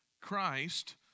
Christ